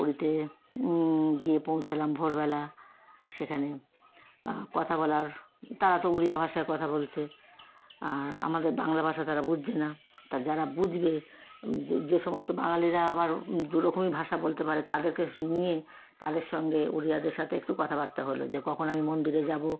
পুরীতে গিয়ে পৌঁছলাম ভোরবেলা সেখানে কথা বলার তারা তো উড়িয়া ভাষায় কথা বলছে আর আমাদের বাংলা ভাষা তারা বুঝছে না তা যারা বুঝবে যে সমস্ত বাঙালিরা আবার দু রকমই ভাষা বলতে পারে তাদেরকে নিয়ে তাদের সঙ্গে উড়িয়াদের সাথে একটু কথাবার্তা হল যে কখন আমি মন্দিরে যাব